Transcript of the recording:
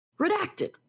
Redacted